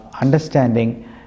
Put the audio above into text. understanding